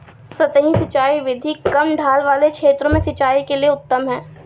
सतही सिंचाई विधि कम ढाल वाले क्षेत्रों में सिंचाई के लिए उत्तम है